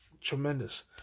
tremendous